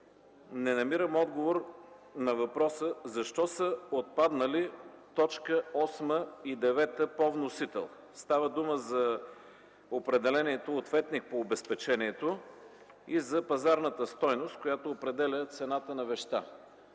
не намирам отговор на въпроса защо са отпаднали т. 8 и 9 по вносител. Става дума за определението „ответник по обезпечението” и за пазарната стойност, която определя цената на вещта.